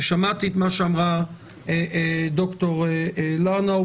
ושמעתי את מה שאמרה ד"ר לרנאו,